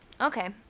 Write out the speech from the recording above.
Okay